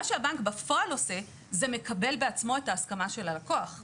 מה שהבנק בפועל עושה זה מקבל בעצמו את ההסכמה של הלקוח,